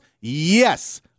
Yes